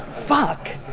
fuck.